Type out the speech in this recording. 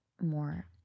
more